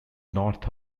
north